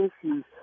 issues